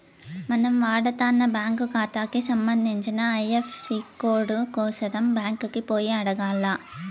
మనం వాడతన్న బ్యాంకు కాతాకి సంబంధించిన ఐఎఫ్ఎసీ కోడు కోసరం బ్యాంకికి పోయి అడగాల్ల